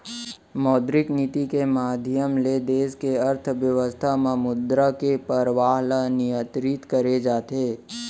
मौद्रिक नीति के माधियम ले देस के अर्थबेवस्था म मुद्रा के परवाह ल नियंतरित करे जाथे